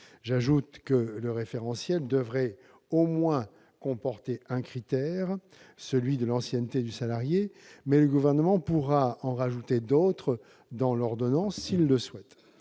J'ajoute que le référentiel devrait au moins comporter un critère, celui de l'ancienneté du salarié. Mais le Gouvernement pourra en rajouter d'autres dans l'ordonnance s'il le souhaite.